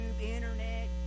internet